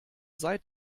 seit